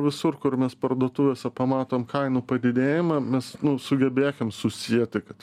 visur kur mes parduotuvėse pamatom kainų padidėjimą mes nu sugebėkim susieti kad